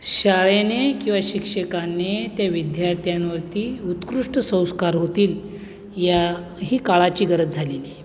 शाळेने किंवा शिक्षकाने त्या विद्यार्थ्यांवरती उत्कृष्ट संस्कार होतील या ही काळाची गरज झालेली आहे